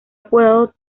apodado